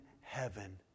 heaven